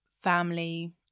family